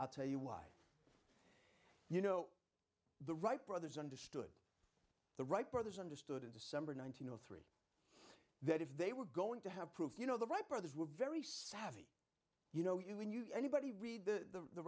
i'll tell you why you know the wright brothers understood the wright brothers understood in december one thousand of that if they were going to have proof you know the wright brothers were very savvy you know you when you anybody read the the